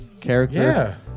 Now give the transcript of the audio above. character